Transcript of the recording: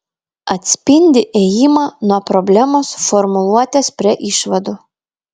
atspindi ėjimą nuo problemos formuluotės prie išvadų